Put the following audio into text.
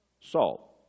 salt